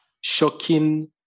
shocking